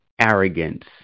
arrogance